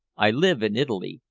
i live in italy,